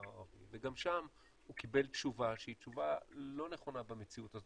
הערבי וגם שם הוא קיבל תשובה שהיא תשובה לא נכונה במציאות הזאת,